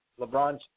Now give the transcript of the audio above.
LeBron